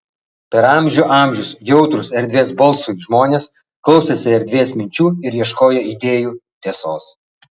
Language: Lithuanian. per amžių amžius jautrūs erdvės balsui žmonės klausėsi erdvės minčių ir ieškojo idėjų tiesos